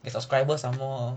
eh subscribers some more